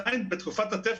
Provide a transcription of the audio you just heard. בתקופת התפר